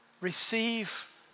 receive